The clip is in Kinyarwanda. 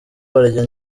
barya